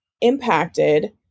impacted